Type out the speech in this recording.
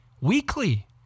weekly